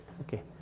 okay